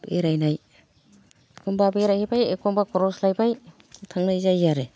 बेरायनाय एखम्बा बेरायहैबाय एखम्बा खरस लायबाय थांनाय जायो आरो